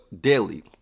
daily